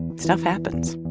stuff happens